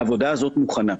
העבודה הזאת מוכנה.